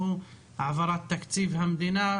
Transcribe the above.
שהוא העברת תקציב המדינה 2022,